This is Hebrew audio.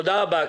תודה רבה.